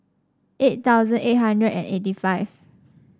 eight thousand eight hundred and eighty five